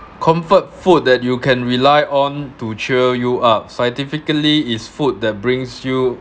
comfort food that you can rely on to cheer you up scientifically is food that brings you